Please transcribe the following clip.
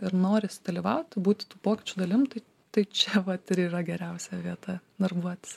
ir nori sudalyvauti būti tų pokyčių dalim tai čia vat ir yra geriausia vieta darbuotis